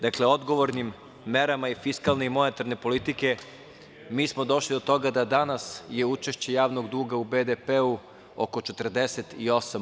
Dakle, odgovornim merama i fiskalne i monetarne politike mi smo došli do toga da je danas učešće javnog duga u BDP-u oko 48%